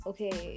Okay